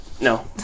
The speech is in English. No